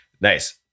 Nice